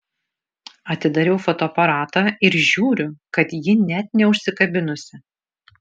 atidarau fotoaparatą ir žiūriu kad ji net neužsikabinusi